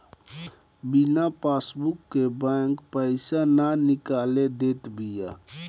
बिना पासबुक के बैंक पईसा ना निकाले देत बिया